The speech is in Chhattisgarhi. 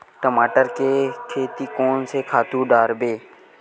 टमाटर के खेती कोन से खातु डारबो?